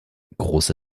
große